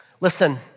Listen